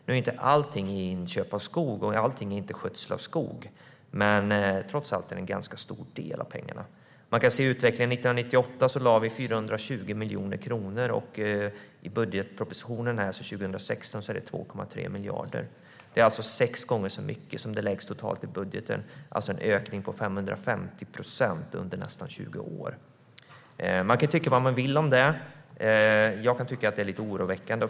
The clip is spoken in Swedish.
Nu går inte allting till inköp och skötsel av skog. Men trots allt är det en ganska stor del av pengarna. Man kan titta på utvecklingen. År 1998 avsatte vi 420 miljoner kronor. I budgetpropositionen för 2016 är det 2,3 miljarder. Det är sex gånger så mycket som det avsattes totalt i budgeten, det vill säga en ökning på 550 procent under nästan 20 år. Man kan tycka vad man vill om det. Jag kan tycka att det är lite oroväckande.